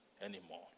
anymore